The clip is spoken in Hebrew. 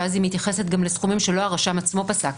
שאז היא מתייחסת גם לתחומים שלא הרשם עצמו פסק.